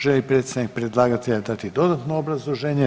Želi li predstavnik predlagatelja dati dodatno obrazloženje?